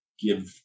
give